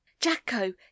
Jacko